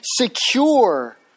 secure